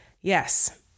Yes